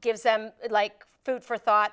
gives them like food for thought